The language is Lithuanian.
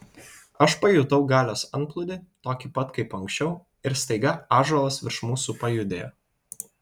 aš pajutau galios antplūdį tokį pat kaip anksčiau ir staiga ąžuolas virš mūsų pajudėjo